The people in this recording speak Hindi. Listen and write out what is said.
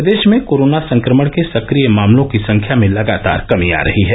प्रदेश में कोरोना संक्रमण के संक्रिय मामलों की संख्या में लगातार कमी आ रही है